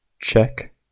Check